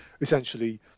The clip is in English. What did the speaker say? essentially